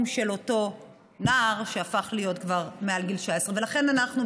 של אותו נער שהפך להיות כבר מעל גיל 19. ולכן אנחנו,